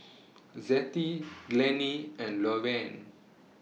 Zettie Glennie and Lorene